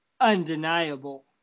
undeniable